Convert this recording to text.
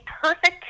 perfect